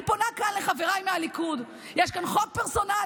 אני פונה כאן לחבריי מהליכוד: יש כאן חוק פרסונלי,